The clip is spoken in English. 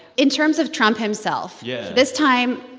in terms of trump himself. yeah. this time.